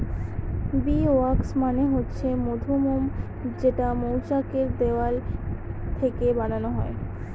bee wax মানে হচ্ছে মধুমোম যেটা মৌচাক এর দেওয়াল থেকে বানানো হয়